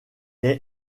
est